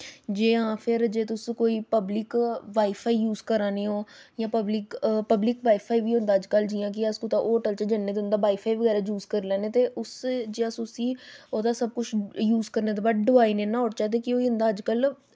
ते जे तुस कोई पब्लिक वाई फाई जूज करा'रने ओ जां पब्लिक वाई फाई बी होंदा अजकल्ल कि जि'यां अस कुतै होटल च जन्नें ते उं'दा वाई फाई बगैरा यूज करी लैन्नें ते अस जे अस उस्सी ओह्दा सब कुछ यूज करने दे बाद डोआई नेईं ना ओड़चै ते केह् होई जंदा अजकल्ल